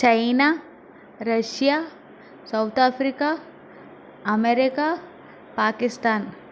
China Russia South Africa America Pakistan